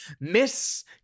Miss